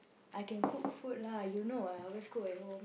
I can cook food lah you know what I always cook at home